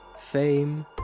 Fame